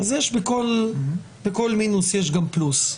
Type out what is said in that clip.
בכל מינוס יש גם פלוס.